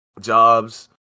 jobs